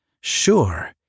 Sure